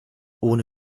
ohne